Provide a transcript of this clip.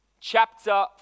chapter